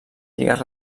lligues